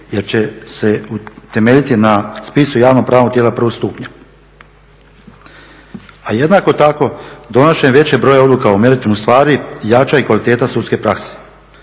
jer će se temeljiti na spisu javnopravnog tijela prvog stupnja. A jednako tako donošenjem većeg broja odluka o meritumu stvari jača i kvaliteta sudske prakse.